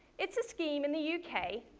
it's a scheme in the u k.